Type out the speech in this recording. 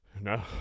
No